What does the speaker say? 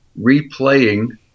replaying